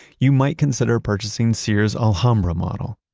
you might consider purchasing sears' alhambra model.